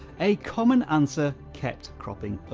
a common answer kept cropping